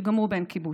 שגם הוא בן קיבוץ.